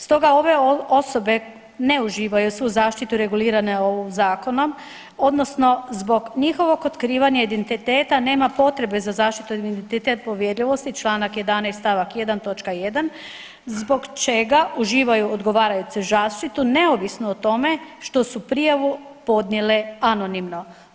Stoga ove osobe ne uživaju svu zaštitu reguliranu ovim zakonom odnosno zbog njihovog otkrivanja identiteta nema potrebe za zaštitom identitet povjerljivosti Članak 11. stavak 1. točka 1. zbog čega uživaju odgovarajuću zaštitu neovisno o tome što su prijavu podnijele anonimno.